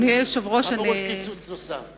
היה קיצוץ נוסף.